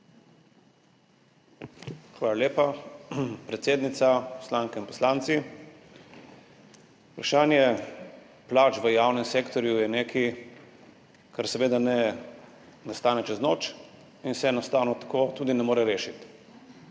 Hvala lepa, predsednica. Poslanke in poslanci! Vprašanje plač v javnem sektorju je nekaj, kar seveda ne nastane čez noč in se enostavno tako tudi ne more rešiti.